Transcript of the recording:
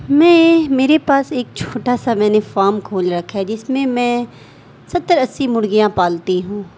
میں میرے پاس ایک چھوٹا سا میں نے فام کھول رکھا ہے جس میں میں ستر اسی مرغیاں پالتی ہوں